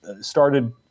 started